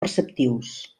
preceptius